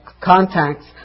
contacts